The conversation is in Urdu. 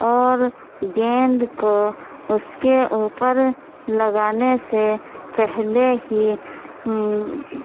اور گیند کو اس کے اوپر لگانے سے پہلے ہی